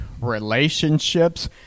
Relationships